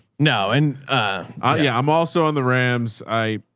no. and ah yeah. i'm also on the rams. i,